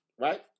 right